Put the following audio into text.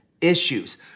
issues